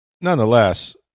nonetheless